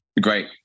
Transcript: great